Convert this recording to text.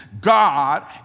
God